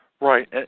Right